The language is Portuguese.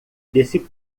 desse